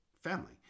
family